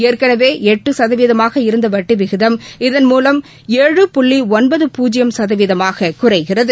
ஏற்கனவே எட்டு சதவீதமாக இருந்த வட்டி விகிதம் இதன்மூலம் ஏழு புள்ளி ஒன்பது பூஜ்ஜியம் சதவீதமாக குறைகிறது